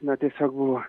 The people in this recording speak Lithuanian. na tiesiog buvo